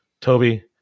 Toby